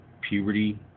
puberty